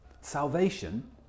Salvation